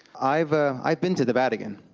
i've ah i've been to the vatican.